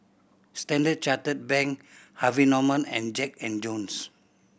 Standard Chartered Bank Harvey Norman and Jack and Jones